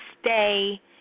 stay